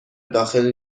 داخل